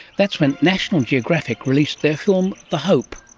that's when national geographic released their film the hope,